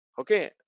okay